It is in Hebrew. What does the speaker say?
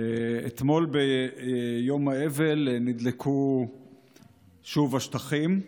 אתמול ביום האבל נדלקו שוב השטחים.